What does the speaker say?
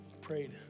prayed